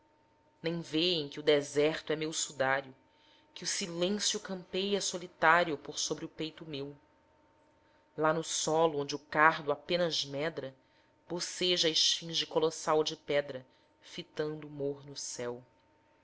nem vêem que o deserto é meu sudário que o silêncio campeia solitário por sobre o peito meu lá no solo onde o cardo apenas medra boceja a esfinge colossal de pedra fitando o morno céu